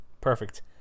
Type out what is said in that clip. perfect